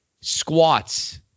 squats –